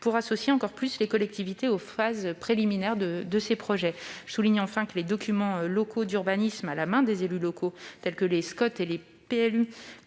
pour associer encore plus les collectivités aux phases préliminaires de ces projets. Enfin, je souligne que les documents locaux d'urbanisme qui sont à la main des élus locaux, tels que les schémas de